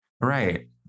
Right